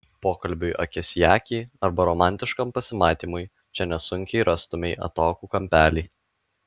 pokalbiui akis į akį arba romantiškam pasimatymui čia nesunkiai rastumei atokų kampelį